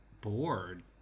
bored